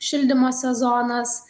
šildymo sezonas